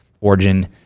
origin